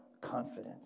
confidence